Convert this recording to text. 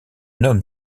homme